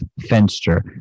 fenster